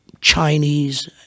Chinese